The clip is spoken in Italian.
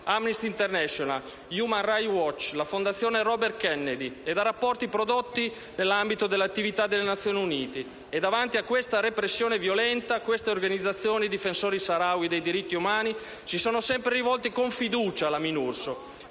Amnesty International, Human Rights Watch, la Fondazione Robert Kennedy e da rapporti prodotti nell'ambito delle attività delle Nazioni Unite. Davanti a questa repressione violenta queste organizzazioni e i difensori Saharawi dei diritti umani si sono sempre rivolti con fiducia alla Minurso,